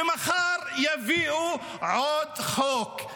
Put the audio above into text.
ומחר יביאו עוד חוק,